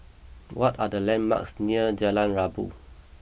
what are the landmarks near Jalan Rabu